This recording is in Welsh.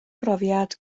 brofiad